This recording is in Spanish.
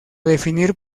definir